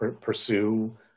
pursue